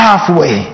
Halfway